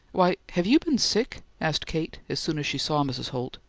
why, have you been sick? asked kate as soon as she saw mrs. holt.